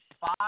five